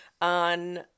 on